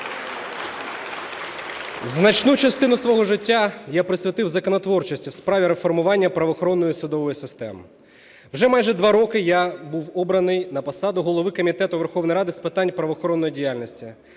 Значну частину свого життя я присвятив законотворчості в справі реформування правоохоронної судової системи. Вже майже два роки я був обраний на посаду голови Комітету Верховної Ради з питань правоохоронної діяльності.